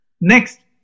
Next